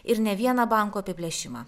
ir ne vieną banko apiplėšimą